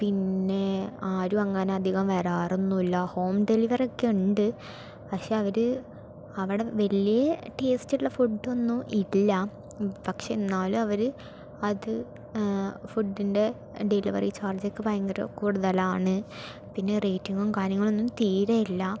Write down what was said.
പിന്നെ ആരും അങ്ങനെ അധികം വരാറൊന്നും ഇല്ല ഹോം ഡെലിവറി ഒക്കെ ഉണ്ട് പക്ഷെ അവർ അവിടെ വലിയ ടേസ്റ്റുള്ള ഫുഡ് ഒന്നും ഇല്ല പക്ഷേ എന്നാലും അവർ അത് ഫുഡിൻ്റെ ഡെലിവറി ചാർജ്ജൊക്കെ ഭയങ്കര കൂടുതലാണ് പിന്നെ റേറ്റിംഗും കാര്യങ്ങളും ഒന്നും തീരെയില്ല